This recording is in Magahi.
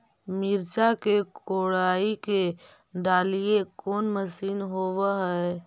मिरचा के कोड़ई के डालीय कोन मशीन होबहय?